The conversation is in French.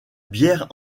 bière